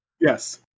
Yes